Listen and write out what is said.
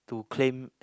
to claim